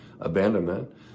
abandonment